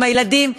עם הילדים,